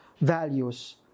values